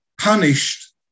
punished